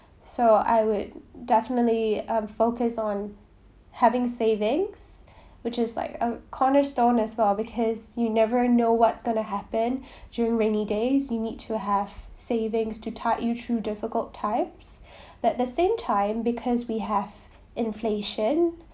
so I would definitely um focus on having savings which is like a cornerstone as well because you never know what's gonna happen during rainy days you need to have savings to help you through difficult times but the same time because we have inflation